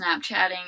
Snapchatting